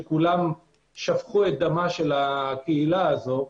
כשכולם שפכו את דמה של הקהילה הזו,